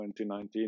2019